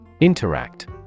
Interact